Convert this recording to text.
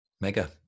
Mega